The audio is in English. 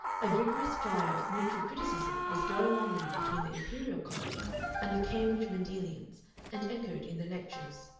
a vigorous fire of mutual criticism was going on now between the imperial college and the cambridge mendelians and echoed in the lectures.